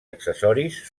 accessoris